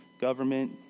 government